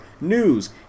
news